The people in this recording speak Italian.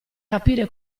capire